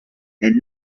and